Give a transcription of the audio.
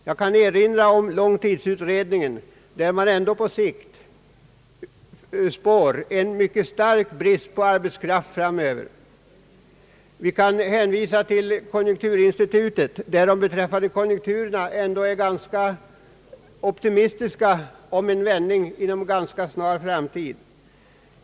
Jag kan erinra om att långtidsutredningen dock spår en mycket stor brist på arbetskraft framöver. Jag kan också hänvisa till att konjunkturinstitutet i alla fall är ganska optimistiskt och räknar med en vändning av konjunkturen inom ganska snar framtid.